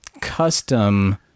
custom